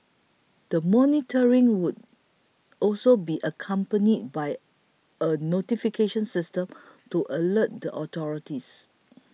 the monitoring would also be accompanied by a notification system to alert the authorities